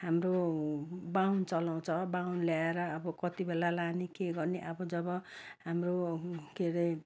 हाम्रो बाहुन चलाउँछ बाहुनले आएर अब कति बेला लाने के गर्ने अब जब हाम्रो के अरे